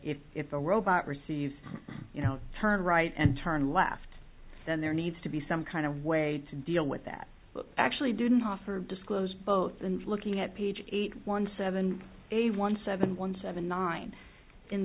if if a robot receives you know turn right and turn left then there needs to be some kind of way to deal with that actually didn't offer disclosed both and looking at page eight one seven one seven one seven nine in